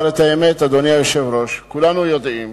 אבל האמת, אדוני היושב-ראש, כולנו יודעים